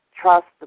trust